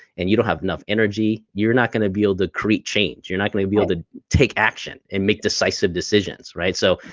and you don't have enough energy, you're not gonna be able to create change, you're not gonna and be able to take action and make decisive decisions. so,